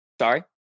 sorry